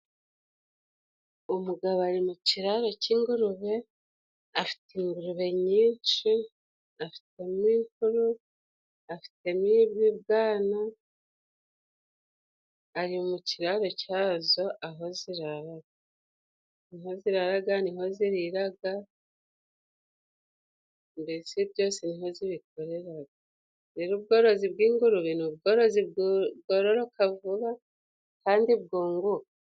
Umugabo ari mu kiraro cy'ingurube，afite ingurube nyinshi，afite amikoro，afitemo ibibwana，ari mu kiraro cyazo， aho ziraraga. Niho ziraraga，niho ziriraga，mbese byose niho zibikoreraga. Rero ubworozi bw'ingurube，ni ubworozi bwororoka vuba kandi bwunguka.